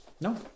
No